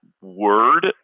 word